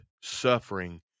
suffering